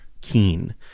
keen